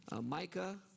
Micah